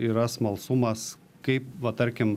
yra smalsumas kaip va tarkim